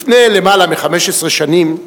לפני למעלה מ-15 שנים,